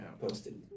Posted